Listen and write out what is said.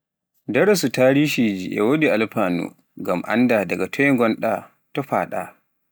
Daarasu tariihiji e wodi alfaanu, ngam annda daga toy ngonɗa, to fahɗa